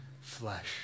flesh